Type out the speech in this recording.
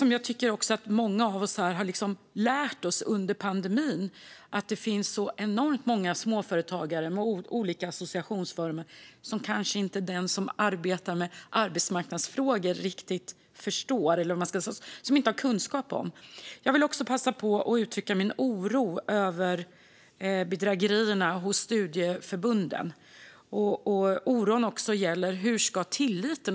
Många av oss har under pandemin lärt oss att det finns så enormt många småföretagare i olika associationsformer som den som arbetar med arbetsmarknadsfrågor kanske inte har kunskap om. Jag vill passa på att uttrycka min oro över bedrägerierna hos studieförbunden och oron för tilliten till dem.